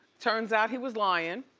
turns out he was lying.